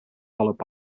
followed